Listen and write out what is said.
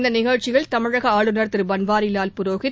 இந்த நிகழ்ச்சியில் தமிழக ஆளுநர் திரு பன்வாரிவால் புரோகித்